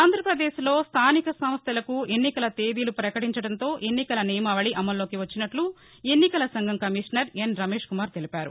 ఆంధ్ర పదేశ్లో స్దానిక సంస్దలకు ఎన్నికల తేదిలు ప్రకటించడంతో ఎన్నికల నియమావళి అమల్లోకి వచ్చినట్లు ఎన్నికల సంఘం కమిషనర్ ఎన్ రమేష్ కుమార్ తెలిపారు